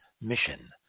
mission